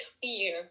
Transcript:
clear